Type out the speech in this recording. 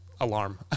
alarm